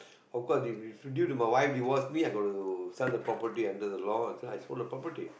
of course due due to my wife divorce me I got to sell the property under the law and so I sold the property